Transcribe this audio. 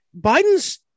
Biden's